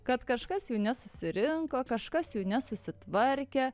kad kažkas jų nesusirinko kažkas jų nesusitvarkė